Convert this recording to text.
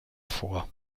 vor